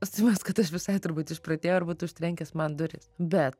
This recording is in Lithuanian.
simas kad aš visai turbūt išprotėjau ir būtų užtrenkęs man duris bet